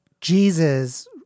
Jesus